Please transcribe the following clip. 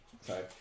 Sorry